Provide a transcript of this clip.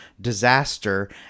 disaster